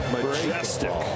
Majestic